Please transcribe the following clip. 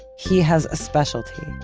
he has a specialty.